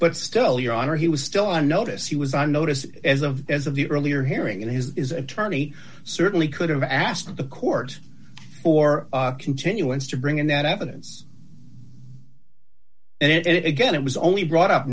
but still your honor he was still on notice he was i noticed as of as of the earlier hearing and his is attorney certainly could have asked the court for continuance to bring in that evidence it again it was only brought up